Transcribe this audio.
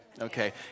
Okay